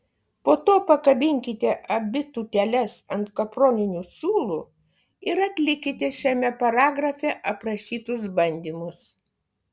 po to pakabinkite abi tūteles ant kaproninių siūlų ir atlikite šiame paragrafe aprašytus bandymus